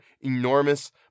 enormous